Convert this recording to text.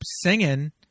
singing